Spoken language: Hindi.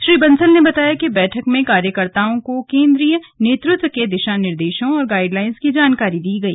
श्री बंसल ने बताया कि बैठक में कार्यकर्ताओं को केंद्रीय नेतृत्व के दिशा निर्देशों और गाइडलाइंस की जानकारी दी गई